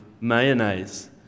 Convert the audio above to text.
mayonnaise